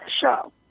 show